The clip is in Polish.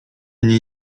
nie